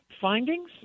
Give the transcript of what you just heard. findings